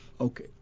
Okay